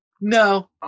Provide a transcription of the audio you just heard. No